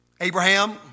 Abraham